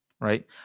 right